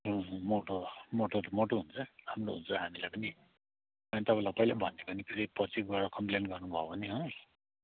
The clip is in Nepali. मोटो मोटो त मोटो हुन्छ राम्रो हुन्छ हामीलाई पनि अनि तपाईँलाई पहिल्यै भनिदिएको नि फेरि पछि गएर कम्प्लेन गर्नुभयो भने हो